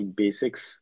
basics